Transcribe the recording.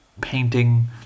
painting